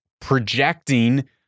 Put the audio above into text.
projecting